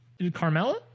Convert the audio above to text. carmella